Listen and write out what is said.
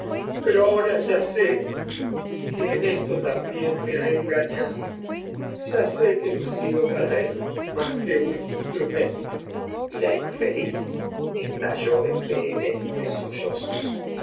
pero ahora ya sé que en esto también me ha engañado ya sé que no he sido para él más que un instrumento y la infeliz estalló en vehementes sollozos